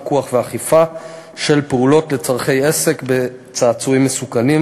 פיקוח ואכיפה של פעולות לצורכי עסק בצעצועים מסוכנים,